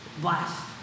blast